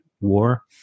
war